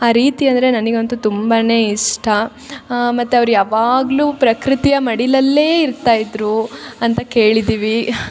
ಆ ರೀತಿ ಅಂದರೆ ನನಗಂತೂ ತುಂಬಾ ಇಷ್ಟ ಮತ್ತು ಅವ್ರು ಯಾವಾಗ್ಲೂ ಪ್ರಕೃತಿಯ ಮಡಿಲಲ್ಲೇ ಇರ್ತಾ ಇದ್ರು ಅಂತ ಕೇಳಿದ್ದಿವಿ